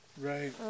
Right